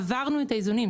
עברנו את האיזונים.